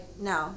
no